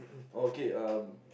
okay erm